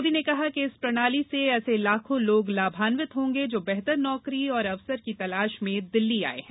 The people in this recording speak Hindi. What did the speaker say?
मोदी ने कहा कि इस प्रणाली से ऐसे लाखों लोग लाभान्वित होंगे जो बेहतर नौकरी और अवसर की तलाश में दिल्ली आए हैं